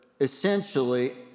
essentially